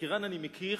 את אירן אני מכיר